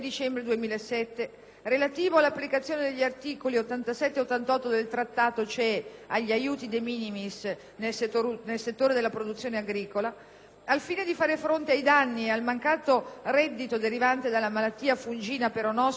relativo all'applicazione degli articoli 87 e 88 del Trattato CE agli aiuti *de minimis* nel settore della produzione agricola, al fine di fare fronte ai danni e al mancato reddito derivante dalla malattia fungina Peronospora della vite